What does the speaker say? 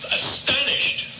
astonished